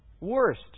Worst